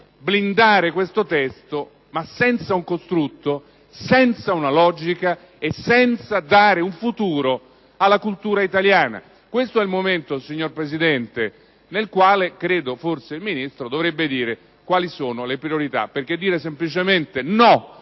blindare questo testo, ma senza un costrutto ed una logica e senza dare un futuro alla cultura italiana. Questo è il momento, signora Presidente, nel quale credo forse il Ministro dovrebbe dire quali sono le priorità, perché dire semplicemente no